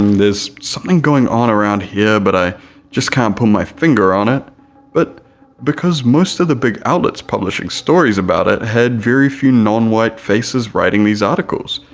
there's something going on around here but i just can't put my finger on it but because most of the big outlets publishing stories about it had very few non-white faces writing these articles,